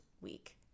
week